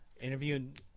interviewing